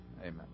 Amen